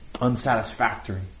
Unsatisfactory